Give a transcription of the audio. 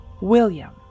William